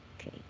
Okay